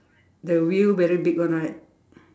the wheel very big [one] right